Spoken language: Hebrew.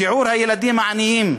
שיעור הילדים העניים,